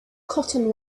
cotton